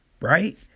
right